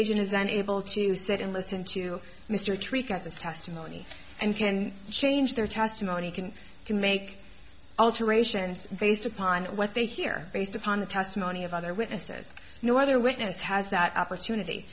then able to sit and listen to mr treatises testimony and can change their testimony can you make alterations based upon what they hear based upon the testimony of other witnesses no other witness has that opportunity